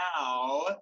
now